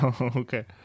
Okay